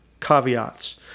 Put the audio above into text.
caveats